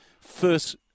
first